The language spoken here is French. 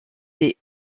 des